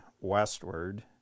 westward